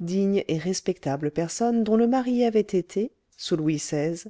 digne et respectable personne dont le mari avait été sous louis xvi